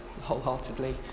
wholeheartedly